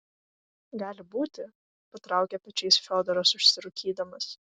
gali būti patraukė pečiais fiodoras užsirūkydamas